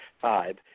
five